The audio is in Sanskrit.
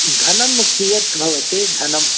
धनं कियत् भवति धनं